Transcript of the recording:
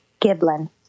Giblin